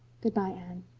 goodbye, anne.